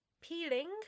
Peeling